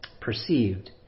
perceived